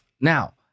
Now